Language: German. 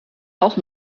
auch